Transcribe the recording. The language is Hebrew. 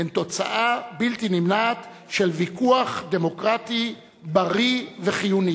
הן תוצאה בלתי נמנעת של ויכוח דמוקרטי בריא וחיוני.